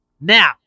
now